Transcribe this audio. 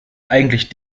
eigentlich